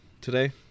today